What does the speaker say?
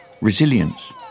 resilience